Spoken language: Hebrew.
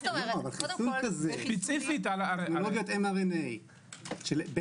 אין 12 שנה.